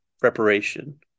preparation